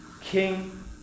King